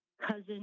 cousin